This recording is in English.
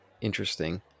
interesting